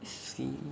C